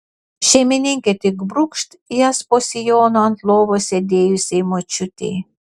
šeimininkė tik brūkšt jas po sijonu ant lovos sėdėjusiai močiutei